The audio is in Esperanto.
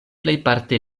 plejparte